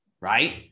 right